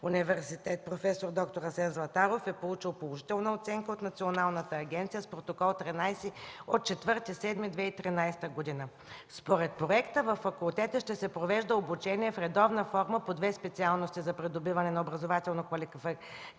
Университет „Проф. д-р Асен Златаров” е получил положителна оценка от Националната агенция с Протокол № 13 от 4 юли 2013 г. Според проекта във факултета ще се провежда обучение в редовна форма по две специалности за придобиване на образователно-квалификационна